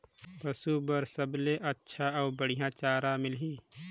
पशु बार सबले अच्छा अउ बढ़िया चारा ले मिलही?